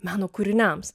meno kūriniams